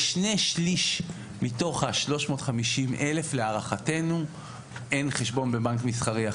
לשני שליש מתוך ה-350,000 להערתנו אין חשבון בבנק מסחרי אחר.